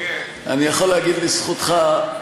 אני יכול להגיד לזכותך,